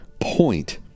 point